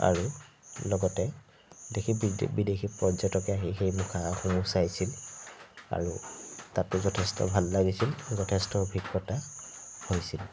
আৰু লগতে দেশী বিদেশী পৰ্যটকে আহি সেই মুখাসমূহ চাইছিল আৰু তাতো যথেষ্ট ভাল লাগিছিল যথেষ্ট অভিজ্ঞতা হৈছিল